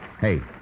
Hey